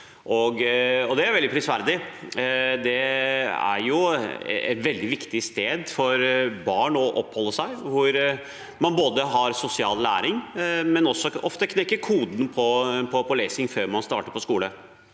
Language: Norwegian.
Det er veldig prisverdig. Det er jo et veldig viktig sted for barn å oppholde seg, hvor man både har sosial læring og også ofte knekker lesekoden før man starter på skolen.